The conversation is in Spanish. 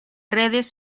redes